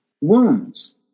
wounds